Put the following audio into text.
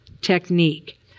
technique